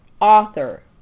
author